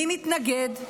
מי מתנגד?